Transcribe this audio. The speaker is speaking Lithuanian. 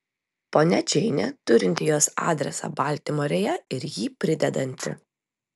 ponia džeinė turinti jos adresą baltimorėje ir jį pridedanti